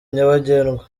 nyabagendwa